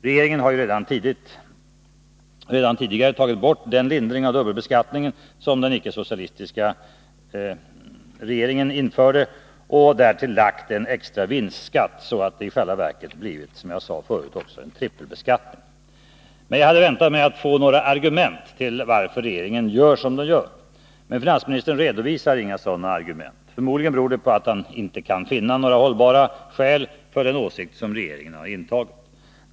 Regeringen har ju redan tidigare tagit bort den lindring av dubbelbeskattningen som den icke-socialistiska regeringen införde och därtill lagt på en extra vinstskatt, så att det i själva verket blivit en trippelbeskattning, som jag också sade förut. Men jag hade väntat mig att få höra några argument som förklarar varför regeringen gör som den gör. Finansministern redovisar inga sådana. Förmodligen beror det på att han inte kan finna några hållbara argument för den åsikt regeringen har intagit.